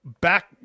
back